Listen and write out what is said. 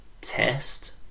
test